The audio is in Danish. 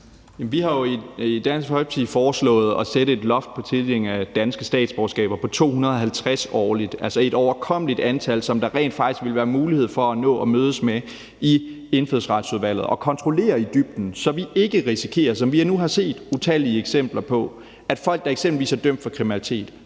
Vi har jo i Dansk Folkeparti foreslået at sætte et loft over tildelinger af danske statsborgerskaber på 250 årligt. Det er et overkommeligt antal, som der rent faktisk ville være mulighed for at nå at mødes med i Indfødsretsudvalget og kontrollere i dybden, så vi ikke risikerer, som vi nu har set utallige eksempler på, at folk, der eksempelvis er dømt for kriminalitet,